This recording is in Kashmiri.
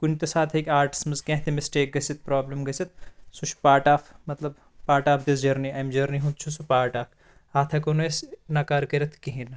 کُنہِ تہِ ساتہٕ ہٮ۪کہِ آرٹسس منٛز کیٚنہہ تہِ مِسٹیک گژھِتھ پرابلِم گژھِتھ سُہ چھُ پاٹ آف مطلب پاٹ آف دِس جٔرنی امہِ جٔرنی ہُند چھُ سُہ پاٹ اکھ اَتھ ہٮ۪کو نہٕ أسۍ نکار کٔرِتھ کِہیٖنۍ نہٕ